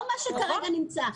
לא מה שכרגע נמצא.